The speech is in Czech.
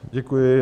Děkuji.